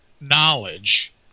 knowledge